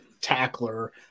tackler